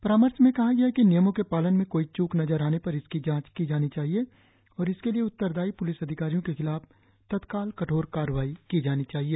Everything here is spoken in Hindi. परामर्श में कहा गया है कि नियमों के पालन में कोई चूक नजर आने पर इसकी जांच की जानी चाहिए और इसके लिए उत्तरदायी पुलिस अधिकारियों के खिलाफ तत्काल कठोर कार्रवाई की जानी चाहिए